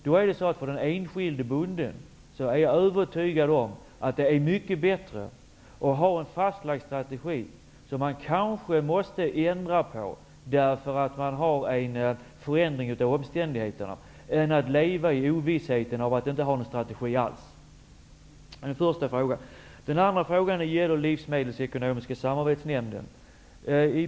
Jag är övertygad om att det för den enskilde bonden är mycket bättre att ha en fastlagd strategi, som man kanske måste ändra, därför att det sker en förändring av omständigheterna, än att leva i ovissheten av att inte ha någon strategi alls.